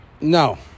No